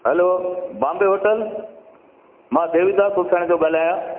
hello Bombay hotel मां देविदा तुलसाणी थो ॻाल्हायां